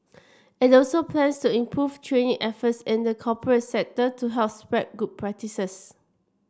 it also plans to improve training efforts in the corporate sector to help spread good practices